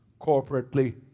corporately